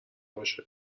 باشه